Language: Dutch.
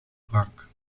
brak